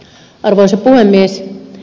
arvoisa puhemies